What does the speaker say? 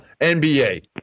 NBA